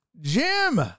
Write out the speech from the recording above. Jim